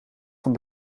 van